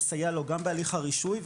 לסייע לו גם בהליך הרישוי,